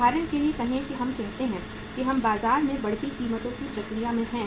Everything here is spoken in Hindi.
उदाहरण के लिए कहें कि हम कहते हैं कि हम बाजार में बढ़ती कीमतों की प्रक्रिया में हैं